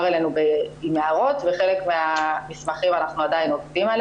אלינו עם הערות ועל חלק מהמסמכים אנחנו עדיין עובדים,